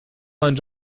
neuen